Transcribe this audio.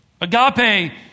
Agape